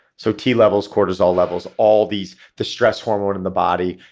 so t levels, cortisol levels, all these the stress hormone in the body,